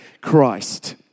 Christ